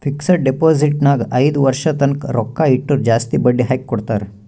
fixed deposit ನಾಗ್ ಐಯ್ದ ವರ್ಷ ತನ್ನ ರೊಕ್ಕಾ ಇಟ್ಟುರ್ ಜಾಸ್ತಿ ಬಡ್ಡಿ ಹಾಕಿ ಕೊಡ್ತಾರ್